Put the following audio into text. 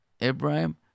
Abraham